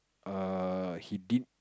err he did